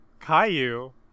Caillou